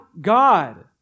God